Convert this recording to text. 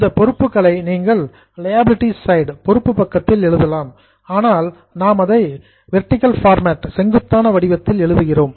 இந்த பொறுப்புகளை நீங்கள் லியாபிலிடீஸ் சைடு பொறுப்பு பக்கத்தில் எழுதலாம் ஆனால் நாம் அதை வெர்டிக்கல் ஃபார்மேட் செங்குத்தான வடிவத்தில் எழுதுகிறோம்